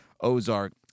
Ozark